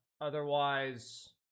otherwise